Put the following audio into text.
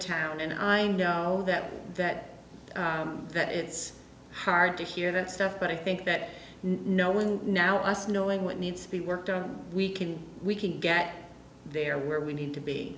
town and i know that that that it's hard to hear that stuff but i think that no one now us knowing what needs to be worked out we can we can get there where we need to be